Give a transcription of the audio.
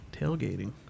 Tailgating